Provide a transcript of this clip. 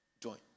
join